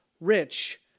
rich